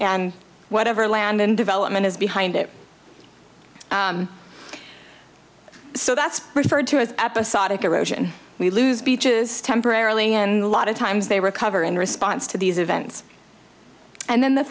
and whatever land development is behind it so that's referred to as episodic erosion we lose beaches temporarily and a lot of times they recover in response to these events and then the